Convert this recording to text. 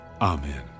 Amen